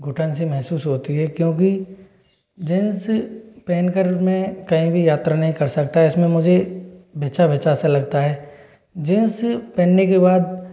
घुटन सी महसूस होती है क्योंकि जींस पहन कर मैं कहीं भी यात्रा नहीं कर सकता इसमें मुझे भिंचा भिंचा सा लगता है जींस पहनने के बाद